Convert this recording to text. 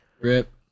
rip